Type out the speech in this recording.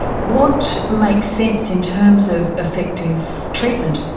what makes sense in terms of effective treatment?